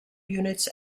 units